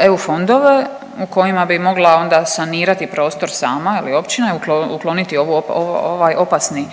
EU fondove u kojima bi mogla onda sanirati prostor sama ili općina, ukloniti ovaj opasni